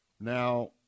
Now